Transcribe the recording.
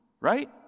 right